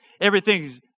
everything's